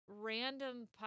random